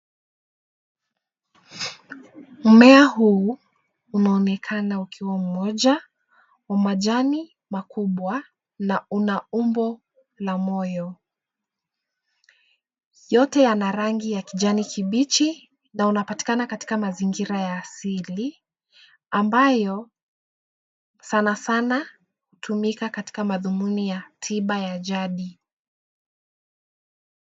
Mmea huu unaonekana ukiwa mmoja wa majani makubwa na una umbo la moyo. Yote yana rangi ya kijani kibichi na unapatikana katika mazingira ya asili ambayo sanasana hutumika katika madhumuni ya tiba ya jadi.